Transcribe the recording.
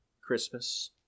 Christmas